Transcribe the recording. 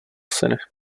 syny